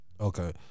Okay